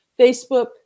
Facebook